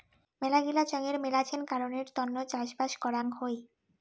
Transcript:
মেলাগিলা চঙের মেলাছেন কারণের তন্ন চাষবাস করাং হই